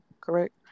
correct